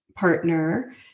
Partner